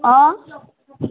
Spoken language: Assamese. অঁ